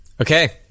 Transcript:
Okay